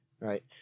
right